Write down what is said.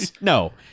no